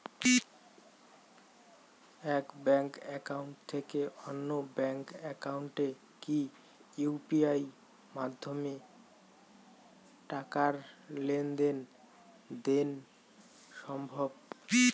এক bank account থেকে অন্য ব্যাংক একাউন্টে কি ইউ.পি.আই মাধ্যমে টাকার লেনদেন দেন সম্ভব?